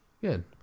Good